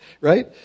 right